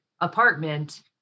apartment